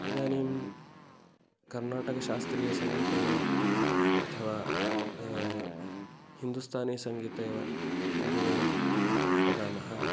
इदानीं कर्नाटकशास्त्रीयसङ्गीते वा अथवा हिन्दुस्तानिसङ्गीते वा यदि वयं वदामः